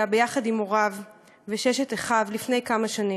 יחד עם הוריו וששת אחיו לפני כמה שנים.